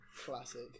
Classic